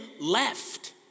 left